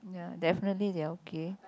ya definitely they are okay